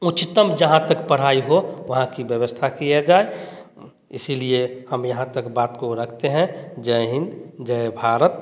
उच्चतम जहाँ तक पढ़ाई हो वहाँ की व्यवस्था किया जाए इसीलिए हम यहाँ तक बात को रखते हैं जय हिन्द जय भारत